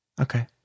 Okay